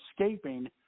escaping